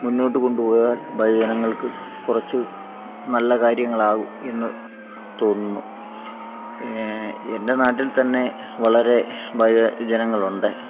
മുന്നോട്ട് കൊണ്ടുപോയാൽ വയോജനങ്ങൾക്ക് കുറച്ച് നല്ല കാര്യങ്ങളാകും എന്ന് തോന്നുന്നു എന്റെ നാട്ടിൽത്തന്നെ വളരെ വയോജനങ്ങൾ ഉണ്ട്